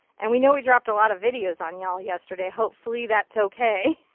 and we know we dropped a lot of videos on ya'll yesterday. hopefully, that's okay.